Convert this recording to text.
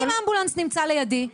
אם אמבולנס נמצא לידי?